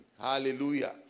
Hallelujah